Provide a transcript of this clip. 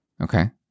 Okay